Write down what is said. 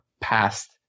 past